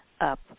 up